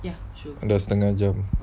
dah setengah jam